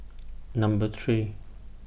Number three